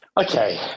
Okay